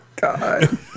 God